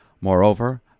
Moreover